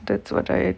that's what I